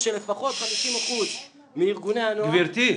שלפחות 50% מארגוני הנוער --- גבירתי,